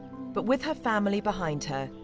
but with her family behind her,